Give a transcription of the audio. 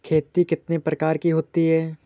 खेती कितने प्रकार की होती है?